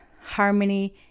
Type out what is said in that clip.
harmony